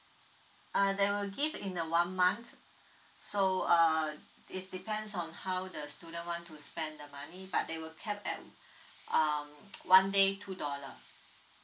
uh they will give in the one month so uh it's depends on how the student want to spend the money but they were kept at uh one day two dollar